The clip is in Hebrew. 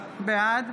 בעד